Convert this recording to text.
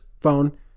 phone